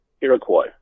Iroquois